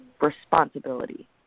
responsibility